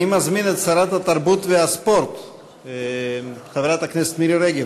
אני מזמין את שרת התרבות והספורט חברת הכנסת מירי רגב.